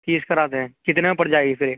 تیس کرا دیں کتنے میں پڑ جائے گی پھر یہ